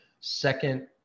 second